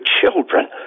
children